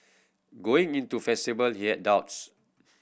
going into festival he had doubts